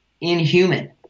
inhuman